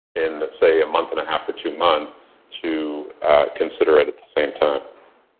in let's say a month and a half or two months to consider at at the same time.